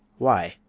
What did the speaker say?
why?